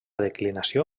declinació